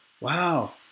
Wow